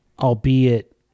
albeit